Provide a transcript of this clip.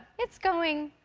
it's going